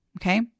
Okay